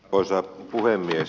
arvoisa puhemies